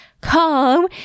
come